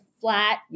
flat